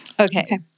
Okay